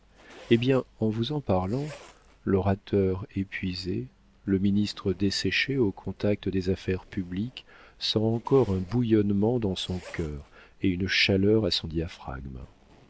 eh bien en vous en parlant l'orateur épuisé le ministre desséché au contact des affaires publiques sent encore un bouillonnement dans son cœur et une chaleur à son diaphragme